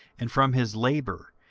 and from his labour,